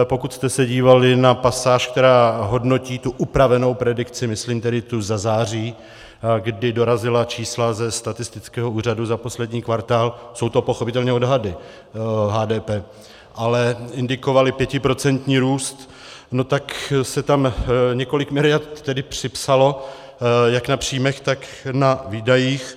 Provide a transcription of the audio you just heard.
Pokud jste se dívali na pasáž, která hodnotí tu upravenou predikci, myslím tu za září, kdy dorazila čísla ze statistického úřadu za poslední kvartál, jsou to pochopitelně odhady HDP, ale indikovaly pětiprocentní růst, tak se tam několik miliard připsalo jak na příjmech, tak na výdajích.